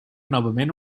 novament